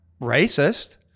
racist